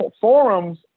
forums